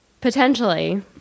Potentially